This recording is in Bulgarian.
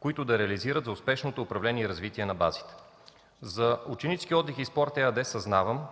които да реализират за успешното управление и развитие на базите. За „Ученически отдих и спорт” ЕАД съзнавам,